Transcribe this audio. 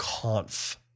conf